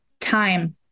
time